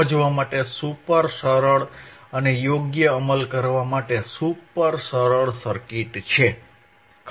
સમજવા માટે સુપર સરળ અને યોગ્ય અમલ કરવા માટે સુપર સરળ સર્કિટ છે ખરુ